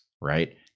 right